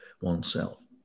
oneself